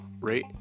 rate